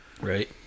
Right